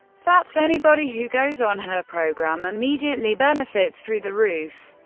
that's anybody who goes on her program immediately benefits through the roof.